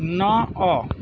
ନଅ